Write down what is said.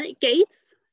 gates